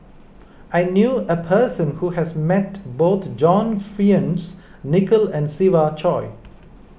I knew a person who has met both John Fearns Nicoll and Siva Choy